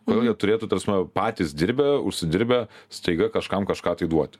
kodėl jie turėtų ta prasme patys dirbę užsidirbę staiga kažkam kažką tai duoti